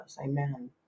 Amen